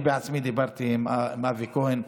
אני בעצמי דיברתי עם אבי כהן,